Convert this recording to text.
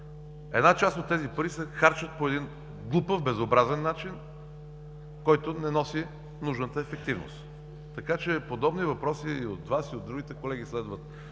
една част от тези пари се харчат по един глупав, безобразен начин, който не носи нужната ефективност. Така че подобни въпроси и от Вас, и от другите колеги следват